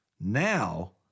Now